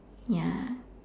ya